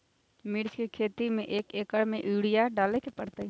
मिर्च के खेती में एक एकर में कितना यूरिया डाले के परतई?